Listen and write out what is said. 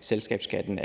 selskabsskatten